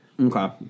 Okay